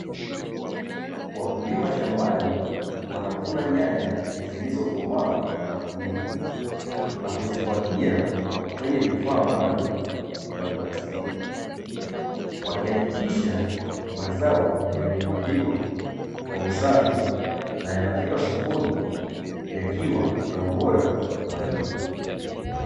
Wakulima shambani wanavuna nyanya zilizokomaa na kuiva na kuzipakia kwenye vifaa maalumu vya plastiki, wakihakikisha mazao yamehifadhiwa kwa usafi na yanafika sokoni yakiwa na ubora wa juu.